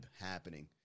happening